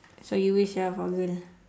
so you wish ah for a girl